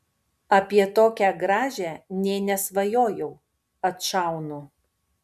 apie tokią gražią nė nesvajojau atšaunu